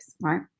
right